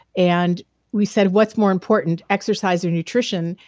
and we said, what's more important exercise or nutrition?